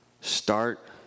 start